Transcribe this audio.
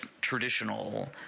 traditional